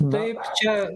taip čia